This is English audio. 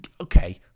okay